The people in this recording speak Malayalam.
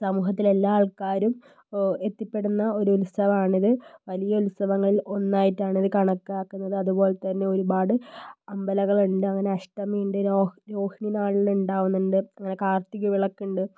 സമൂഹത്തിലെല്ലാ ആൾക്കാരും എത്തിപ്പെടുന്ന ഒരു ഉത്സവമാണിത് വലിയ ഉത്സവങ്ങളിൽ ഒന്നായിട്ടാണ് ഇത് കണക്കാക്കുന്നത് അതുപോലെത്തന്നെ ഒരുപാട് അമ്പലങ്ങളുണ്ട് അങ്ങനെ അഷ്ടമിയുണ്ട് രോഹിണി നാളിലുണ്ടാവുന്നുണ്ട് അങ്ങനെ കാർത്തിക വിളക്കുണ്ട്